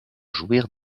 jouir